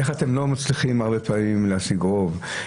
איך אתם לא מצליחים הרבה פעמים להשיג רוב,